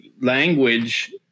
language